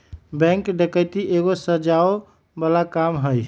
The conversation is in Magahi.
बैंक डकैती एगो सजाओ बला काम हई